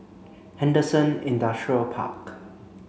Henderson Industrial Park